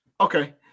okay